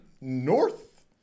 north